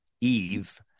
Eve